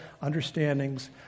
understandings